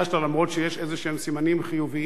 למרות שיש איזשהם סימנים חיוביים,